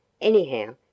Anyhow